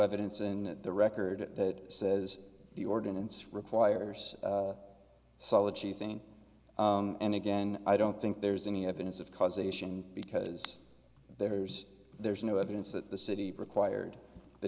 evidence in the record that says the ordinance requires solid cheating and again i don't think there's any evidence of causation because there's there's no evidence that the city required the